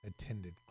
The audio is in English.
attended